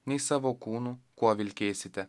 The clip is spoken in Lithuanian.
nei savo kūnu kuo vilkėsite